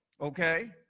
Okay